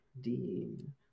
Dean